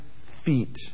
feet